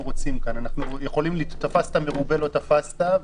תפסת מרובה לא תפסת.